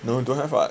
no don't have [what]